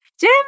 Jim